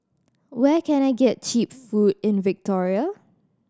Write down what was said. where can I get cheap food in Victoria